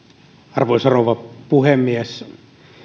arvoisa rouva puhemies